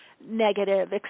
negative